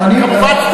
כמובן,